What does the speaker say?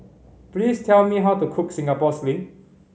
please tell me how to cook Singapore Sling